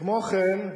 כמו כן,